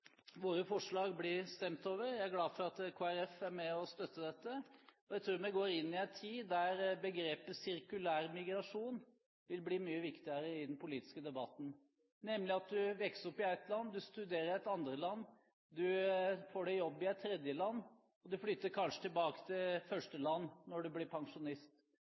våre forslag blir stemt over. Jeg er glad for at Kristelig Folkeparti er med og støtter dette. Jeg tror vi går inn i en tid der begrepet «sirkulær migrasjon» vil bli mye viktigere i den politiske debatten, nemlig at du vokser opp i ett land, du studerer i et andreland, du får deg jobb i et tredjeland, og du flytter kanskje tilbake til førsteland når du blir pensjonist.